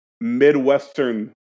Midwestern